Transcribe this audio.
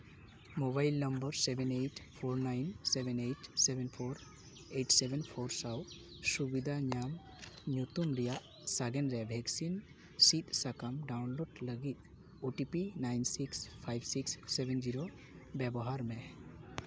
mobile number seven eight four nine seven eight seven four eight seven four ᱥᱟᱶ ᱥᱩᱵᱤᱫᱷᱟ ᱧᱟᱢ ᱧᱩᱛᱩᱢ ᱨᱮᱭᱟᱜ ᱥᱟᱜᱮᱱ ᱨᱮᱭᱟᱜ ᱵᱷᱮᱠᱥᱤᱱ ᱥᱤᱫᱽ ᱥᱟᱠᱟᱢ ᱰᱟᱣᱩᱱᱞᱚᱰ ᱞᱟᱹᱜᱤᱫ O T P nine six five seven zero ᱵᱮᱵᱚᱦᱟᱨ ᱢᱮ